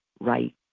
right